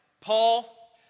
Paul